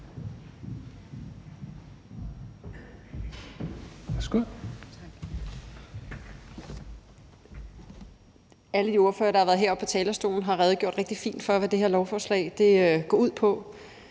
Alle de ordførere, der har været heroppe på talerstolen, har redegjort rigtig fint for, hvad det her lovforslag går ud på.